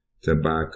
tobacco